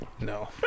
No